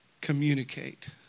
communicate